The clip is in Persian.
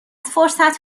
فرصت